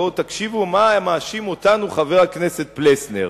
בואו תקשיבו במה מאשים אותנו חבר הכנסת פלסנר,